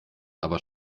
aber